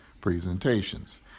presentations